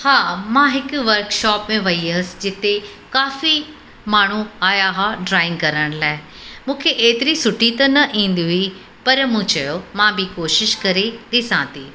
हा मां हिकु वर्कशॉप में वेई हुअसि जिते काफ़ी माण्हू आया हुआ ड्रॉइंग करण लाइ मूंखे एतिरी सुठी त न ईंदी हुई पर मूं चयो मां बि कोशिश करे ॾिसां थी